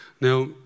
Now